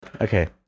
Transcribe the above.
Okay